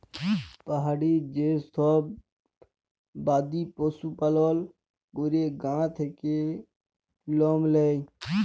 পাহাড়ি যে সব বাদি পশু লালল ক্যরে গা থাক্যে লম লেয়